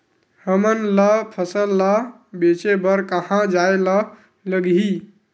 हमन ला फसल ला बेचे बर कहां जाये ला लगही?